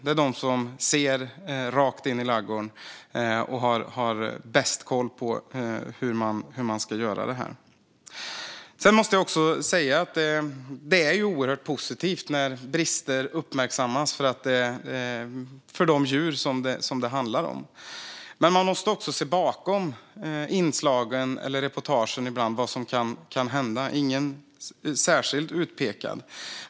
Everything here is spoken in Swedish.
Det är de som ser rakt in i ladugården och har bäst koll på hur man ska göra detta. Jag måste också säga att det är oerhört positivt för de djur som det handlar om när brister uppmärksammas. Men man måste också ibland se bakom reportagen vad som kan hända - ingen särskild utpekad.